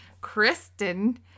Kristen